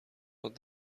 داد